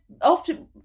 often